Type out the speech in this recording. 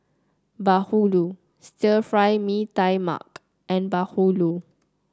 bahulu Stir Fry Mee Tai Mak and bahulu